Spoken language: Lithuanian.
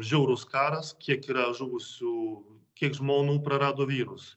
žiaurus karas kiek yra žuvusių kiek žmonų prarado vyrus